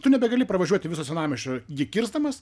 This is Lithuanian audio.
tu nebegali pravažiuoti viso senamiesčio jį kirsdamas